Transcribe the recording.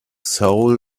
soul